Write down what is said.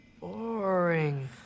boring